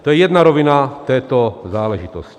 To je jedna rovina této záležitosti.